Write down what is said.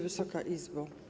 Wysoka Izbo!